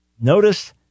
notice